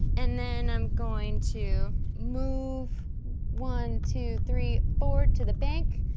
and then i'm going to move one, two, three, four to the bank,